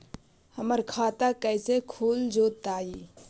हमर खाता कैसे खुल जोताई?